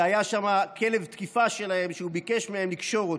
שהיו שם כלב תקיפה שלהם והוא ביקש מהם לקשור אותו.